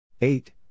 eight